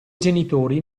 genitori